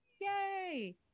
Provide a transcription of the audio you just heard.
Yay